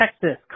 Texas